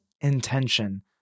intention